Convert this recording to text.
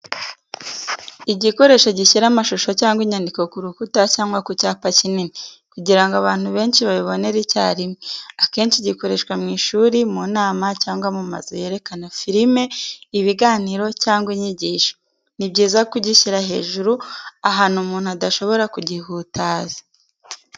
Igikoresho gishyira amashusho cyangwa inyandiko ku rukuta cyangwa ku cyapa kinini, kugira ngo abantu benshi babibonere icyarimwe. Akenshi gikoreshwa mu ishuri, mu nama, cyangwa mu mazu yerekana filime, ibiganiro cyangwa inyigisho. Ni byiza kugishyira hejuru ahantu umuntu adashobora kugihutaza.